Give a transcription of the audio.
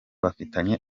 bafitanye